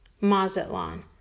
Mazatlan